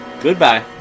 Goodbye